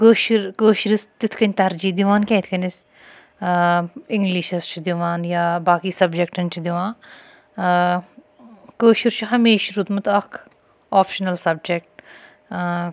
کٲشٕر کٲشرِس تِتھ کنۍ تَرجیح دِوان کہِ یِتھ کنۍ أسۍ اِنگلِشَس چھِ دِوان یا باقٕے سَبجَکٹَن چھِ دِوان کٲشُر چھُ ہمیشہٕ روٗدمُت اکھ اوپشنَل سَبجَکٹ